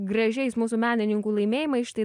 gražiais mūsų menininkų laimėjimais